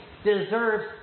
deserves